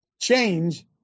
Change